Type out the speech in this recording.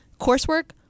coursework